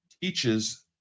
teaches